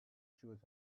shows